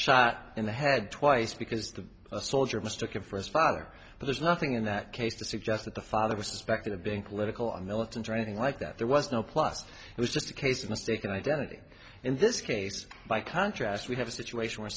shot in the head twice because the soldier mistook him for his father but there's nothing in that case to suggest that the father was suspected of being political and militant or anything like that there was no plus it was just a case of mistaken identity in this case by contrast we have a situation where